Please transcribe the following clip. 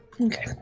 Okay